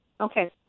Okay